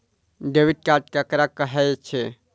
Debit card ककरा कहै छै?